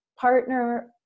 partner